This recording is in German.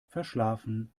verschlafen